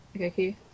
Okay